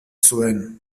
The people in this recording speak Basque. zuen